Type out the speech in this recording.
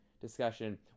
discussion